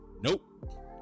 Nope